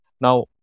Now